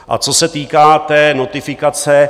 A co se týká té notifikace.